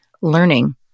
learning